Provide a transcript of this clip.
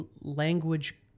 language